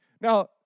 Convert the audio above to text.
Now